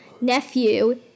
nephew